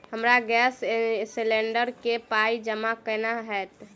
हमरा gas cylinder केँ पाई जमा केना हएत?